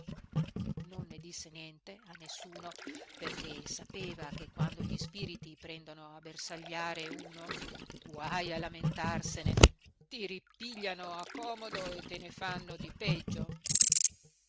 non ne disse niente a nessuno perché sapeva che quando gli spiriti prendono a bersagliare uno guaj a lamentarsene ti ripigliano a comodo e te ne fanno di peggio